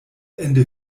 ende